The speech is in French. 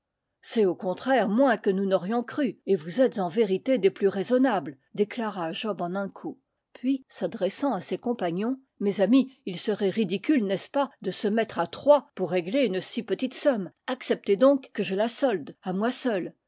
c'est au contraire moins que nous n'aurions cru et vous êtes en vérité des plus raisonnables déclara job an ankou puis s'adressant à ses compagnons mes amis il serait ridicule n'est-ce pas de se mettre à trois pour régler une si petite somme acceptez donc que je la solde à moi seul